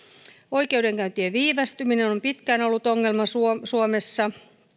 oikeudenkäyntien viivästyminen on pitkään ollut ongelma suomessa